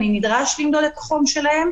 אני נדרש למדוד את החום שלהם,